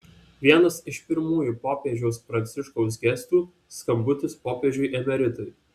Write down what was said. vienas iš pirmųjų popiežiaus pranciškaus gestų skambutis popiežiui emeritui